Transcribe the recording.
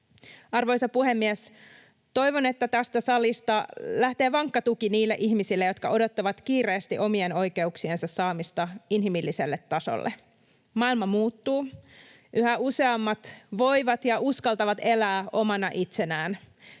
Arvoisa puhemies! Toivon, että tästä salista lähtee vankka tuki niille ihmisille, jotka odottavat kiireesti omien oikeuksiensa saamista inhimilliselle tasolle. Maailma muuttuu, yhä useammat voivat ja uskaltavat elää omana itsenään.